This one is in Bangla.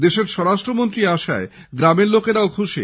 দেশের স্বরাষ্ট্রমন্ত্রী আসায় গ্রামের লোকেরাও খুশী